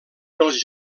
dels